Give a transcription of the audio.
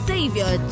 Savior